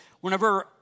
whenever